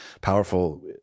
powerful